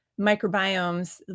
microbiomes